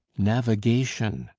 navigation.